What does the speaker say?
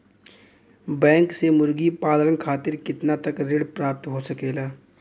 Bank से मुर्गी पालन खातिर कितना तक ऋण प्राप्त हो सकेला?